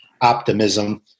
optimism